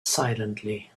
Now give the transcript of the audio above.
silently